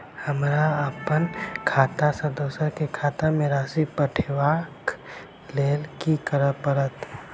हमरा अप्पन खाता सँ दोसर केँ खाता मे राशि पठेवाक लेल की करऽ पड़त?